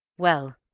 well,